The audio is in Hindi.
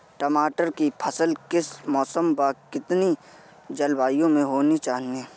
टमाटर की फसल किस मौसम व कितनी जलवायु में होनी चाहिए?